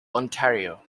ontario